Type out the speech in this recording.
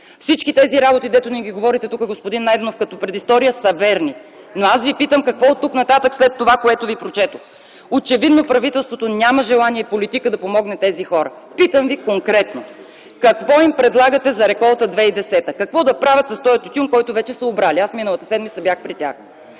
Всички тези работи, които ни ги говорите тук, господин Найденов, като предистория са верни, но аз Ви питам: какво оттук нататък след това, което Ви прочетох?! Очевидно правителството няма желание и политика да подпомогне тези хора. Питам Ви конкретно: какво им предлагате за реколта 2010? Какво да правят с този тютюн, който вече са обрали? Аз миналата седмица бях при тях.